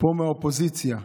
פה מהאופוזיציה,